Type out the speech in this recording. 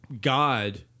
God